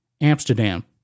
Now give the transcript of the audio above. Amsterdam